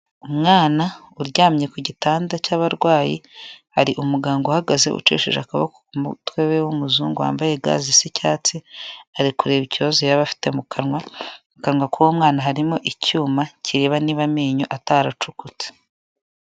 Umwana uryamye ku gitanda cy'abarwayi hari umuganga uhagaze ucisheje akaboko mutwe we w'umuzungu wambaye ga zisa icyatsi ari kureba ikibazo yaba afite mu kanwa akanga ko uwo mwana harimo icyuma kireba niba amenyo ataracukutse.